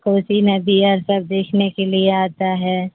کوسی ندی ہے سب دیکھنے کے لیے آتا ہے